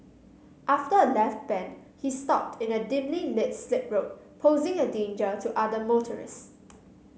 after a left bend he stopped in a dimly lit slip road posing a danger to other motorists